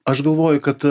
aš galvoju kad